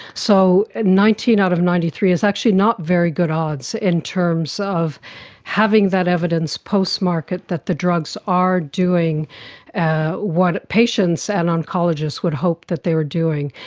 so nineteen out of ninety three is actually not very good odds in terms of having that evidence post-market that the drugs are doing what patients and oncologists would hope they are doing.